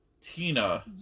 Tina